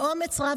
באומץ רב,